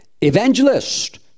evangelist